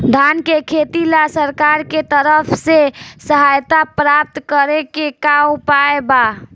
धान के खेती ला सरकार के तरफ से सहायता प्राप्त करें के का उपाय बा?